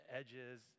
edges